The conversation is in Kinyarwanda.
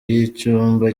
y’icyumba